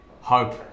hope